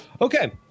Okay